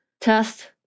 test